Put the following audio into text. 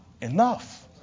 enough